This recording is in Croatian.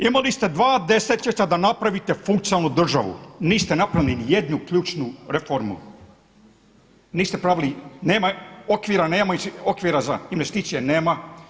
Imali ste dva desetljeća da napravite funkcionalnu državu, niste napravili ni jednu ključnu reformu, niste pravili, nema okvira, nema okvira za investicije nema.